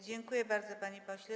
Dziękuję bardzo, panie pośle.